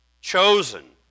Chosen